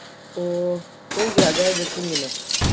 ꯑꯣ ꯄꯨꯡ ꯀꯌꯥ ꯑꯗꯥꯏꯗ ꯊꯨꯡꯉꯤꯅꯣ